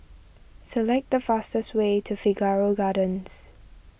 select the fastest way to Figaro Gardens